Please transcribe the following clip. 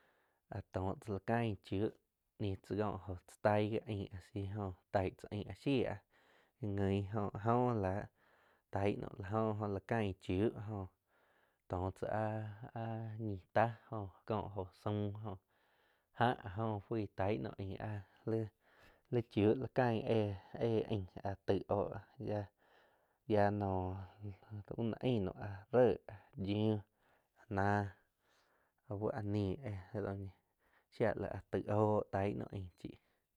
Áh tóh tzá la cain chiú ñiu tzá ko jó tzá taih wi ain asi jóh taig tzá ain áh shiá wuin jo a jo láh taig nuam, áh jo oh la cain chiuh jóh toh cháh ah-ah ñi táh jóh kó jo saum jáh joh fui tain naum ain ah líh chiug la cain éh aing áh taig oh yia no báh nah ain nou ré, yiu, náh, auh áh níh éh do ñi shiah láh taig oh buoh tain naum ain chíh.